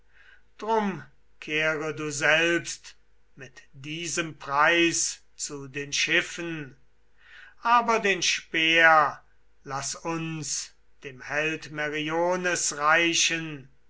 darum kehre du selbst mit diesem preis zu den schiffen aber den speer laß uns dem held meriones reichen